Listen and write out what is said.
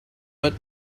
but